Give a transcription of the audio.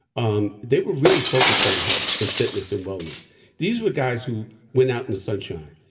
um they were really focused on health and fitness and wellness these were guys who went out in the sunshine.